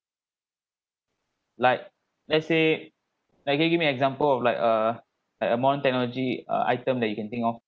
like let's say like give give me example of like uh like a modern technology uh item that you can think of